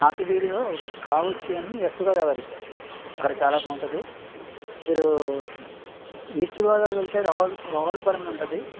ఆకివీడులో బావర్చి అని west Godavari sir అక్కడ చాలా బాగుంటుంది మీరు ఈస్ట్ గోదావరి వెళ్తే రావులపాలెం అని ఉంటుంది